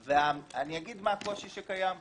אני אגיד מה הקושי שקיים שם.